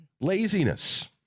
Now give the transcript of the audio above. laziness